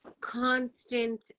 constant